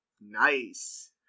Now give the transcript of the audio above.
Nice